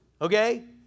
Okay